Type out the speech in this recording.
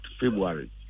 February